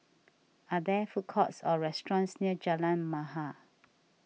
are there food courts or restaurants near Jalan Mahir